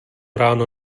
ráno